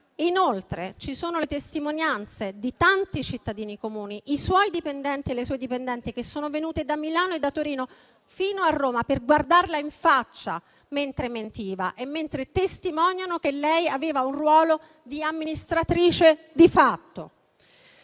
Inoltre, ci sono le testimonianze di tanti cittadini comuni, i suoi dipendenti e le sue dipendenti, che sono venuti da Milano e da Torino fino a Roma per guardarla in faccia mentre mentiva, testimoniando che lei aveva un ruolo di amministratrice di fatto.